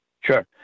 Sure